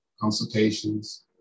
consultations